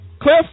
cliff